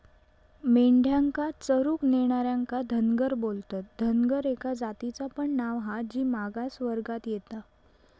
मेंढ्यांका चरूक नेणार्यांका धनगर बोलतत, धनगर एका जातीचा पण नाव हा जी मागास वर्गात येता